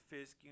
Fisk